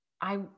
I-